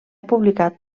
publicat